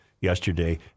yesterday